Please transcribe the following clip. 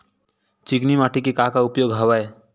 चिकनी माटी के का का उपयोग हवय?